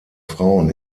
frauen